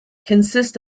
consist